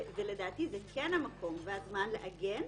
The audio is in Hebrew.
לדעתי זה כן המקום והזמן לעגן,